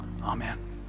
Amen